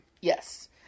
Yes